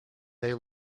they